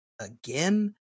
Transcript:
again